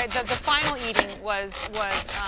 the final eating was was